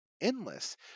endless